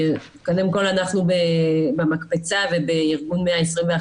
קודם כל אנחנו במקפצה ובארגון 121,